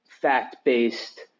fact-based